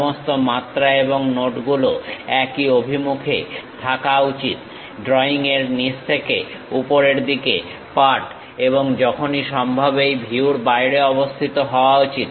সমস্ত মাত্রা এবং নোট গুলো একই অভিমুখে হওয়া উচিত ড্রইং এর নিচ থেকে ওপরের দিকে পাঠ এবং যখনই সম্ভব এই ভিউর বাইরে অবস্থিত হওয়া উচিত